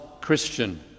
Christian